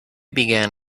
began